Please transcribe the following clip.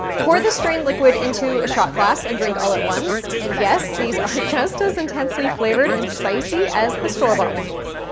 pour the strain liquid into a shot glass and drink all at once. and yes, these are just as intensely flavored and spicy as the store bought ones.